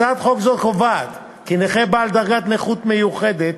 הצעת חוק זו קובעת כי נכה בעל דרגת נכות מיוחדת